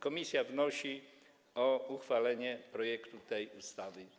Komisja wnosi o uchwalenie projektu tej ustawy.